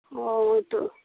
ہوں تو